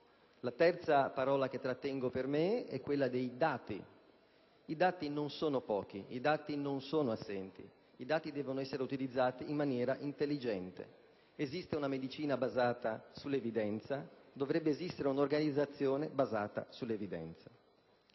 La terza parola che trattengo per me è «dati»: i dati non sono pochi né assenti, ma devono essere utilizzati in maniera intelligente. Esiste una medicina basata sull'evidenza, perciò dovrebbe esistere anche un'organizzazione basata sull'evidenza.